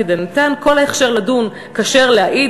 כדתנן כל הכשר לדון כשר להעיד,